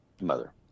mother